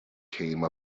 came